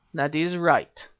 that is right.